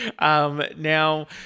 Now